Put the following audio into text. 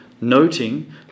noting